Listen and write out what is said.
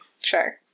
Sure